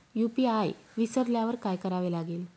UPI विसरल्यावर काय करावे लागेल?